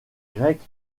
grecs